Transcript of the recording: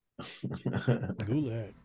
gulag